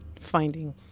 finding